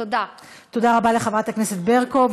תודה רבה לחברת הכנסת ברקו.